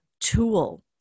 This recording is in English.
tool